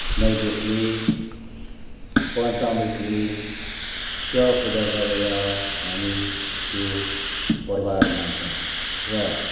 नैवेदले पञ्चामृतले सेवा पूजा गरेर हामी त्यो पर्वहरू मान्छौँ र